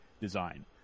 design